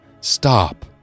Stop